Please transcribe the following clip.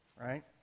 right